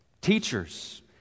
Teachers